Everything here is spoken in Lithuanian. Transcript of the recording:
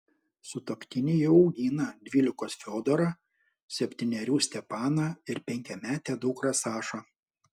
sutuoktiniai jau augina dvylikos fiodorą septynerių stepaną ir penkiametę dukrą sašą